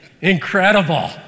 Incredible